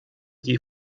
die